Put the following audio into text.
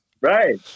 right